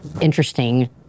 interesting